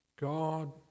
God